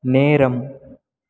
நேரம்